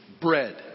bread